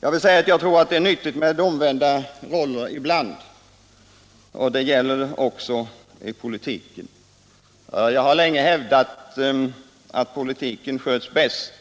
Jag tror att det är nyttigt med omvända roller ibland, och det gäller också i politiken. Jag har länge hävdat att politiken sköts bäst